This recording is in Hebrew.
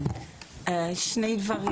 אני רוצה להגיד שני דברים.